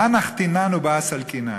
בהא נחתינן ובהא סלקינן,